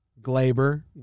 Glaber